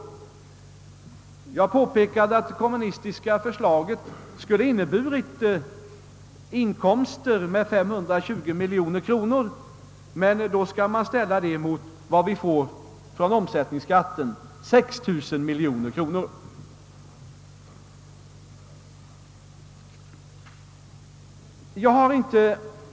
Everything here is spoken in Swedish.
Jag påpekade att det kommunistiska förslaget skulle ha inneburit inkomster på 520 miljoner kronor, men då skall man jämföra med vad vi får genom omsättningsskatten, nämligen 6 000 miljoner kronor. Herr talman!